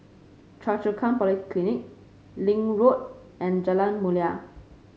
Choa Chu Kang Polyclinic Link Road and Jalan Mulia